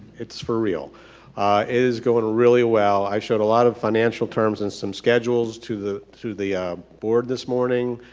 it's for real. it is going really well. i showed a lot of financial financial terms and some schedules to the to the board this morning.